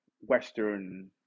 western